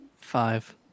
five